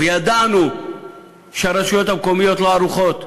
וידענו שהרשויות המקומיות לא ערוכות,